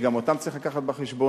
וגם אותן צריך לקחת בחשבון.